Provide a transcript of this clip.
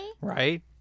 Right